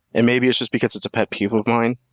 and maybe it's just because it's a pet peeve of mine,